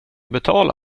betala